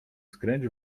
skręć